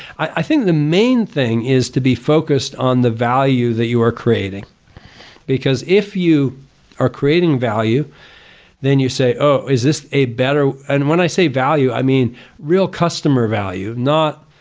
i think the main thing is to be focused on the value that you are creating because if you are creating value then you say, oh is this a better way? and when i say value i mean real customer value not,